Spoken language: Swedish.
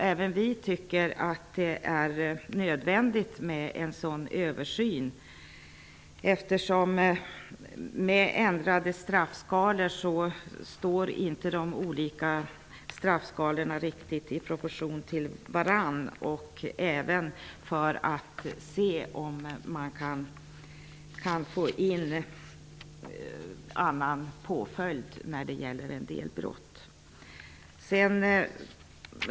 Även vi tycker att det är nödvändigt med en översyn, eftersom de olika straffskalorna, med nu ändrade straffskalor, inte riktigt står i proportion till varandra. Man kan även se om det är möjligt att få in annan påföljd när det gäller en del brott.